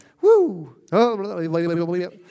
Woo